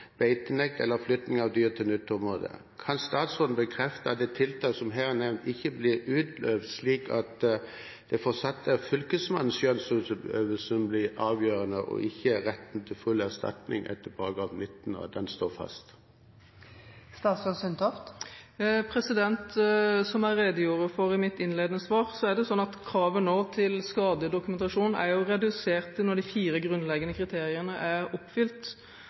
eller flytting av dyr til nytt område. Kan statsråden bekrefte at de tiltakene som her er nevnt, ikke blir praktisert slik at det fortsatt er Fylkesmannens skjønnsutøvelse som blir avgjørende, og at retten til full erstatning, etter § 19, står fast? Som jeg redegjorde for i mitt innledende svar, er kravet til skadedokumentasjon nå redusert når de fire grunnleggende kriteriene er oppfylt.